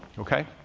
okay,